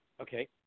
Okay